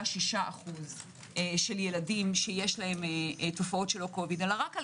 4.6% של ילדים שיש להם תופעות של LONG COVID אלא רק על